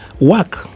work